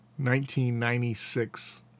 1996